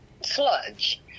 sludge